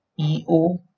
EO